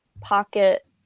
pocket